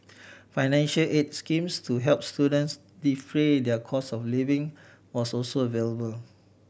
financial aid schemes to help students defray their cost of living was also available